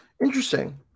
Interesting